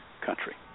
country